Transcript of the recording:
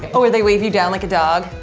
but or they wave you down like a dog.